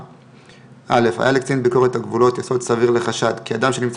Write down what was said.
10ב. (א) היה לקצין ביקורת הגבולות יסוד סביר לחשד כי אדם שנמצא